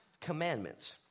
commandments